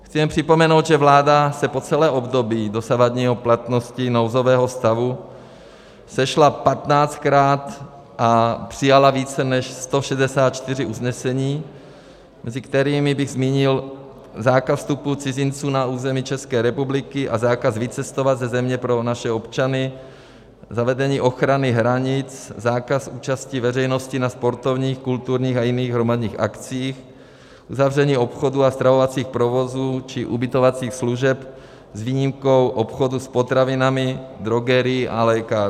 Chci jen připomenout, že vláda se po celé období dosavadní platnosti nouzového stavu sešla patnáctkrát a přijala více než 164 usnesení, mezi kterými bych zmínil zákaz vstupu cizinců na území České republiky a zákaz vycestovat ze země pro naše občany, zavedení ochrany hranic, zákaz účasti veřejnosti na sportovních, kulturních a jiných hromadných akcích, uzavření obchodů a stravovacích provozů či ubytovacích služeb s výjimkou obchodů s potravinami, drogerií a lékáren.